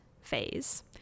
phase